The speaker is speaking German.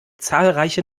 zahlreiche